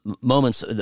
moments